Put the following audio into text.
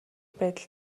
байдал